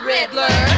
Riddler